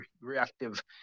reactive